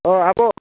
अ आब'